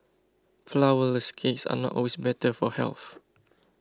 Flourless Cakes are not always better for health